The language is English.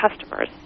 customers